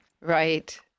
Right